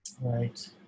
right